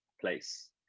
place